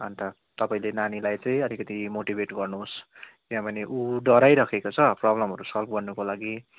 अन्त तपाईँले नानीलाई चाहिँ अलिकति मोटिभेट गर्नुहोस् किनभने ऊ डराइराखेको छ प्रब्लमहरू सल्भ गर्नुको लागि